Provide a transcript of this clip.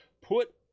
put